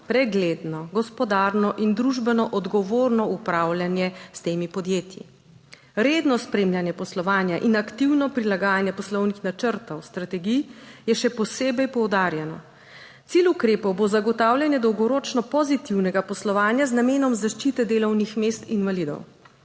pregledno, gospodarno in družbeno odgovorno upravljanje s temi podjetji. Redno spremljanje poslovanja in aktivno prilagajanje poslovnih načrtov strategij je še posebej poudarjeno. Cilj ukrepov bo zagotavljanje dolgoročno pozitivnega poslovanja z namenom zaščite delovnih mest invalidov.